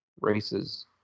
races